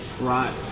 Right